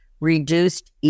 reduced